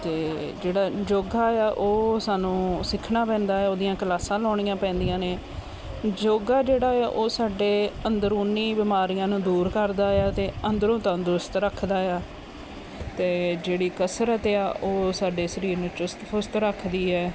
ਅਤੇ ਜਿਹੜਾ ਯੋਗਾ ਆ ਉਹ ਸਾਨੂੰ ਸਿੱਖਣਾ ਪੈਂਦਾ ਉਹਦੀਆਂ ਕਲਾਸਾਂ ਲਾਉਣੀਆਂ ਪੈਂਦੀਆਂ ਨੇ ਯੋਗਾ ਜਿਹੜਾ ਆ ਉਹ ਸਾਡੇ ਅੰਦਰੂਨੀ ਬਿਮਾਰੀਆਂ ਨੂੰ ਦੂਰ ਕਰਦਾ ਆ ਅਤੇ ਅੰਦਰੋਂ ਤਾਂ ਤੰਦਰੁਸਤ ਰੱਖਦਾ ਆ ਅਤੇ ਜਿਹੜੀ ਕਸਰਤ ਆ ਉਹ ਸਾਡੇ ਸਰੀਰ ਨੂੰ ਚੁਸਤ ਫੁਰਤ ਰੱਖਦੀ ਹੈ